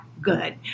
good